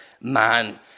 man